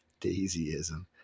daisyism